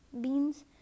beans